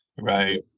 right